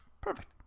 Perfect